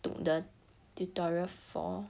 took the tutorial for